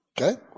Okay